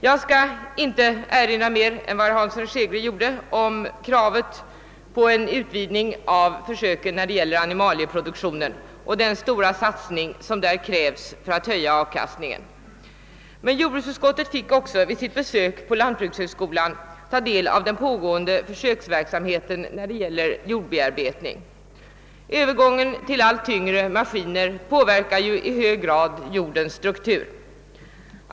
Jag skall inte i vidare mån än vad herr Hansson i Skegrie har gjort erinra om kravet på en utvidgning av försöken när det gäller animalieproduktionen och den stora satsning, som där krävs för att höja avkastningen. Men jordbruksutskottet fick också vid sitt besök på lantbrukshögskolan ta del av den pågående försöksverksamheten beträffande jordbearbetning. Övergången till allt tyngre jordbruksmaskiner påverkar ju i hög grad jordens struktur.